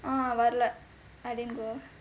ah வரல:varala I didn't go